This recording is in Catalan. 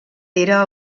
era